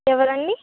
ఎవరండి